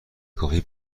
کافی